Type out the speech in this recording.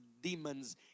demons